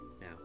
now